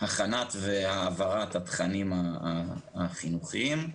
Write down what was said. בהכנת והעברת התכנים החינוכיים.